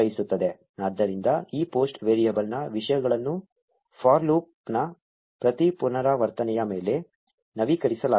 ಆದ್ದರಿಂದ ಈ ಪೋಸ್ಟ್ ವೇರಿಯಬಲ್ನ ವಿಷಯಗಳನ್ನು ಫಾರ್ ಲೂಪ್ನ ಪ್ರತಿ ಪುನರಾವರ್ತನೆಯ ಮೇಲೆ ನವೀಕರಿಸಲಾಗುತ್ತದೆ